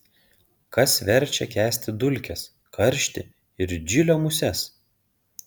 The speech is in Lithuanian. kas verčia kęsti dulkes karštį ir džilio muses